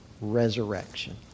resurrection